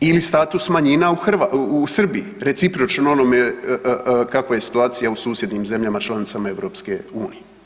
Ili status manjina u Srbiji recipročno onome kako je situacija u susjednim zemljama članicama EU.